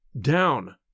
Down